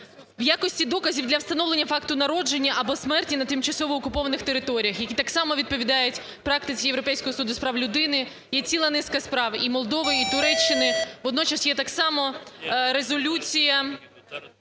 в якості доказів для встановлення факту народження або смерті на тимчасово окупованих територіях, які так само відповідають практиці Європейського суду з прав людини. Є ціла низка справ і Молдови, і Туреччини, водночас є так само резолюція,